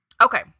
Okay